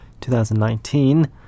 2019